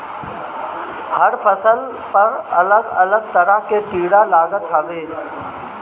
हर फसल पर अलग अलग तरह के कीड़ा लागत हवे